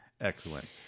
Excellent